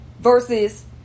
Versus